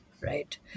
right